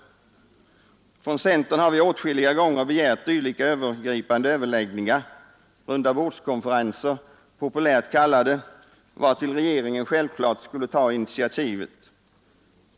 Från centern har vi åtskilliga gånger begärt dylika övergripande överläggningar rundabordskonferenser populärt kallade vartill regeringen självklart skulle ta initiativet.